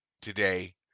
today